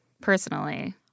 personally